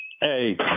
Hey